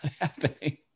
happening